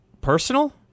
Personal